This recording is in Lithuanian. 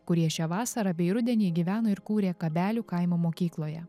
kurie šią vasarą bei rudenį gyvena ir kūrė kabelių kaimo mokykloje